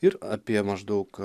ir apie maždaug